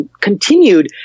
continued